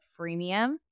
freemium